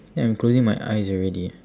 I'm closing my eyes already